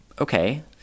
Okay